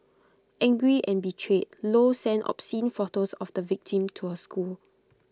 angry and betrayed low sent obscene photos of the victim to her school